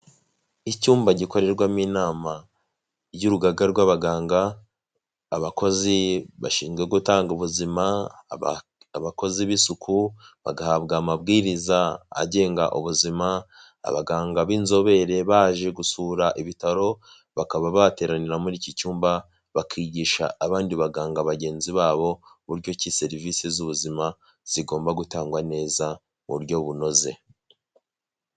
Icyumba gikorerwamo inama y'urugaga rw'abaganga, abakozi bashinzwe gutanga ubuzima, abakozi b'isuku bagahabwa amabwiriza agenga ubuzima, abaganga b'inzobere baje gusura ibitaro bakaba bateranira muri iki cyumba bakigisha abandi baganga bagenzi babo uburyo ki serivisi z'ubuzima zigomba gutangwa neza mu buryo bunoze.